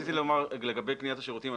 רציתי לומר לגבי --- השירותים,